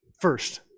first